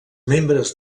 membres